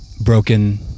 broken